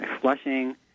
Flushing